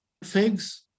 Figs